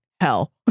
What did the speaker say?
hell